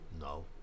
No